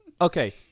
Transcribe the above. Okay